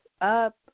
up